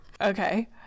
Okay